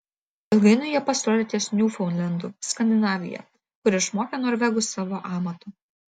ilgainiui jie pasirodė ties niufaundlendu skandinavija kur išmokė norvegus savo amato